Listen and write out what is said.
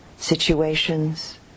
situations